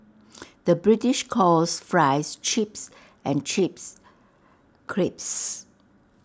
the British calls Fries Chips and Chips Crisps